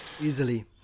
easily